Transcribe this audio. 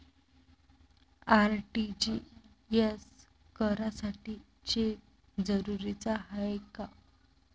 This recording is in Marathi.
आर.टी.जी.एस करासाठी चेक जरुरीचा हाय काय?